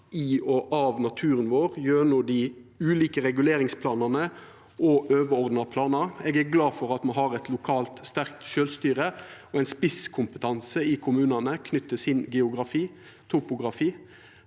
i og av naturen vår, gjennom dei ulike reguleringsplanane og overordna planar. Eg er glad me har eit sterkt lokalt sjølvstyre og ein spisskompetanse i kommunane knytt til eigen geografi og topografi